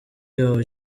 y’aho